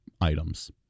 items